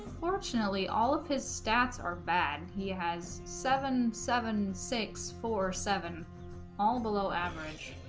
fortunately all of his stats are bad he has seven seven six four seven all below average